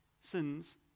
sins